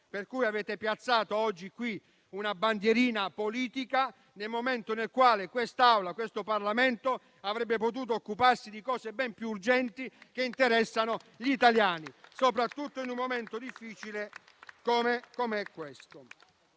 per cui avete piazzato oggi qui una bandierina politica nel momento nel quale quest'Aula avrebbe potuto occuparsi di cose ben più urgenti che interessano gli italiani, soprattutto in un momento difficile come quello